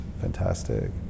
fantastic